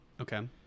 Okay